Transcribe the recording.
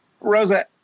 Rosa